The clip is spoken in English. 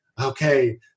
okay